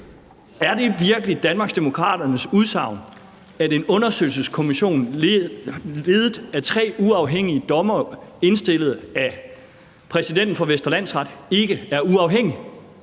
Er det virkelig Danmarksdemokraternes udsagn, at en undersøgelseskommission ledet af tre uafhængige dommere og indstillet af præsidenten for Vestre Landsret ikke er uafhængig?